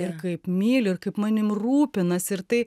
ir kaip myli ir kaip manim rūpinas ir tai